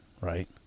right